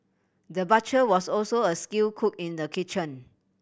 the butcher was also a skilled cook in the kitchen